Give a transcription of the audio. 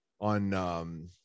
on